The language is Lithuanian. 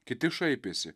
kiti šaipėsi